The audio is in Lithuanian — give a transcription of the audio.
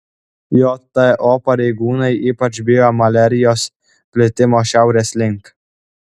jto pareigūnai ypač bijo maliarijos plitimo šiaurės link